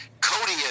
Cody